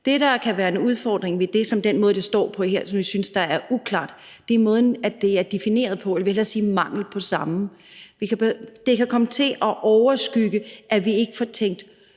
Det, der kan være en udfordring ved den måde, det står på her, som jeg synes er uklar, er måden, det er defineret på, eller jeg vil hellere sige mangelen på samme. Det kan komme til at overskygge, at vi ikke får tænkt